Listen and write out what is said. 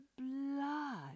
blood